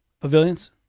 Pavilions